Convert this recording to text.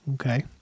Okay